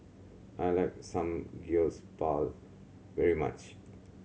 I like Samgyeopsal very much